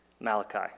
Malachi